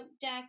deck